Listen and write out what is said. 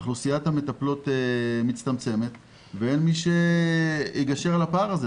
אוכלוסיית המטפלות מצטמצמת ואין מי שיגשר על הפער הזה,